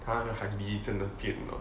他的 heidi 真得变了